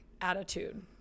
attitude